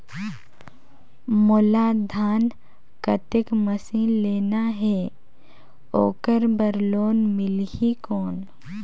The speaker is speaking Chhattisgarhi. मोला धान कतेक मशीन लेना हे ओकर बार लोन मिलही कौन?